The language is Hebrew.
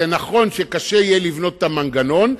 נכון שיהיה קשה לבנות את המנגנון,